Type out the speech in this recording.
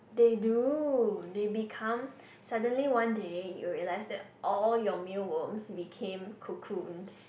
they do they become suddenly one day you realize that all your mealworms will became cocoons